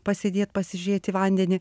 pasėdėt pasižiūrėt į vandenį